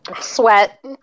Sweat